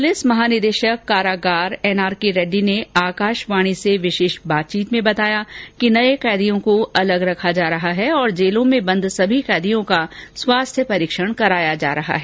police महानिदेशक कारागार NRK Reddy ने लिए आकाशवाणी से विशेष बातचीत में बताया नये कैदियों को अलग रखा जा रहा है और जेलों में बंद सभी कैदियों का स्वास्थ्य परीक्षण किया जा रहा है